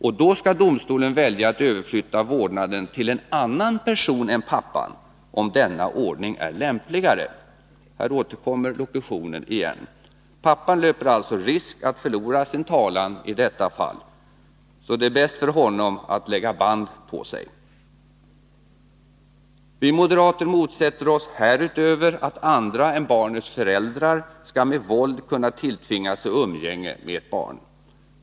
Och då skall domstolen välja att överflytta vårdnaden till en annan person än pappan, om denna ordning är ”lämpligare” — här återkommer lokutionen igen. Pappan löper alltså risk att förlora sin talan i detta fall. Så det är bäst för honom att lägga band på sig. Vi moderater motsätter oss härutöver att andra än barnets föräldrar skall med våld kunna tilltvinga sig umgänge med ett barn.